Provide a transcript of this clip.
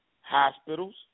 Hospitals